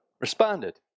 responded